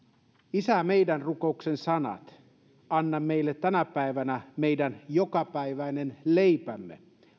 isä meidän rukouksen sanat anna meille tänä päivänä meidän jokapäiväinen leipämme